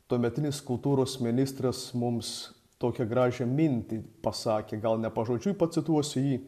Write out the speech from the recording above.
tuometinis kultūros ministras mums tokią gražią mintį pasakė gal ne pažodžiui pacituosiu jį